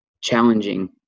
challenging